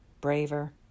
braver